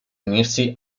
unirsi